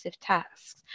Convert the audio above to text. tasks